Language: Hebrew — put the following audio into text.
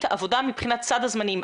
לשאלה מהי תוכנית העבודה מבחינת סד הזמנים,